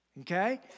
Okay